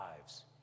lives